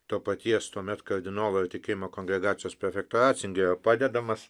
to paties tuomet kardinolo ir tikėjimo kongregacijos prefekto racingerio padedamas